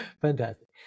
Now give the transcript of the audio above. Fantastic